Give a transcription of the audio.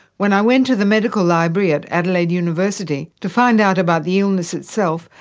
when i went to the medical library at adelaide university to find out about the illness itself,